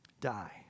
Die